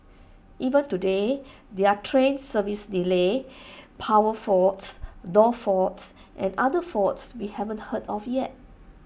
even today there are train service delays power faults door faults and other faults we haven't heard of yet